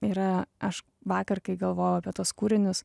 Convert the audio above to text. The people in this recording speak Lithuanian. yra aš vakar kai galvojau apie tuos kūrinius